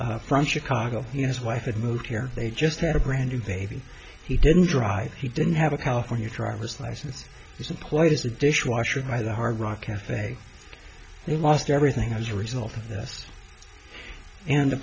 from chicago and his wife had moved here they just had a brand new they did he didn't drive he didn't have a california driver's license he's employed as a dishwasher by the hard rock cafe they lost everything as a result of this and the